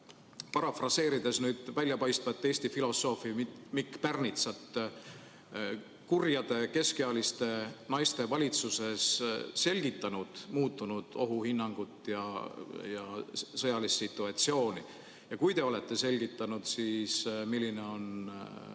parafraseerides nüüd väljapaistvat Eesti filosoofi Mikk Pärnitsat, kurjade keskealiste naiste valitsuses selgitanud muutunud ohuhinnangut ja sõjalist situatsiooni? Kui te olete selgitanud, siis milline on